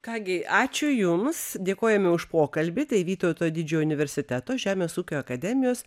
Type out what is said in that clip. ką gi ačiū jums dėkojame už pokalbį tai vytauto didžiojo universiteto žemės ūkio akademijos